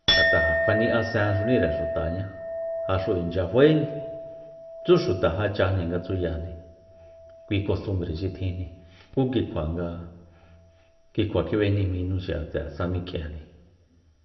Ngat'a kjua ni'asenxure xutañá jaxu inchya faéni tsú xuta jáchajni nga tsuyajni kui kostumbre xi tjinjni kikjua nga kikjua kjib'enejmijnu xi'a tse'e sa mik'ien